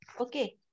Okay